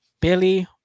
Billy